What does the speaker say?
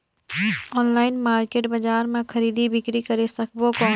Online market बजार मां खरीदी बीकरी करे सकबो कौन?